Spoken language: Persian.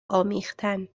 آمیختن